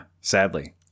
Sadly